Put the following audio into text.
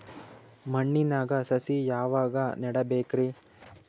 ಮಣ್ಣಿನಾಗ ಸಸಿ ಯಾವಾಗ ನೆಡಬೇಕರಿ?